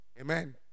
Amen